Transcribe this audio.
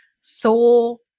soul